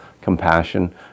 compassion